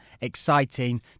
exciting